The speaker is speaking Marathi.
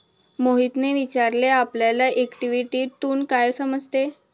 मोहितने विचारले आपल्याला इक्विटीतून काय समजते?